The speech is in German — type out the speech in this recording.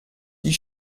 die